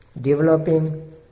developing